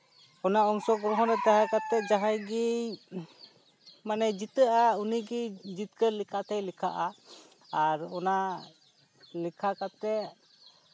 ᱚᱱᱟ ᱚᱝᱥᱚᱜᱨᱚᱦᱚᱱ ᱨᱮ ᱛᱟᱦᱮᱸᱠᱟᱛᱮ ᱡᱟᱦᱟᱸᱭ ᱜᱮᱭ ᱢᱟᱱᱮᱭ ᱡᱤᱛᱟᱹᱜᱼᱟ ᱩᱱᱤ ᱜᱮ ᱡᱤᱛᱠᱟᱹᱨ ᱞᱮᱠᱟᱛᱮᱭ ᱞᱮᱠᱷᱟᱜᱼᱟ ᱟᱨ ᱚᱱᱟ ᱞᱮᱠᱷᱟ ᱠᱟᱛᱮ